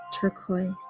turquoise